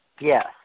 Yes